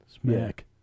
smack